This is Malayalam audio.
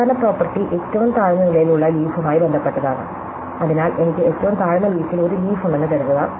അവസാന പ്രോപേർട്ടി ഏറ്റവും താഴ്ന്ന നിലയിലുള്ള ലീഫുമായി ബന്ധപ്പെട്ടതാണ് അതിനാൽ എനിക്ക് ഏറ്റവും താഴ്ന്ന ലീഫിൽ ഒരു ലീഫ് ഉണ്ടെന്ന് കരുതുക